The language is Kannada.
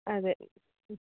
ಅದೇ ಹ್ಞೂ